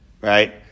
right